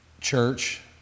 church